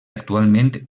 actualment